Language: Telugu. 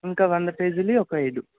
ఇంకా వంద పేజీలవి ఒక అయిదు